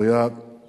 הוא היה תלמיד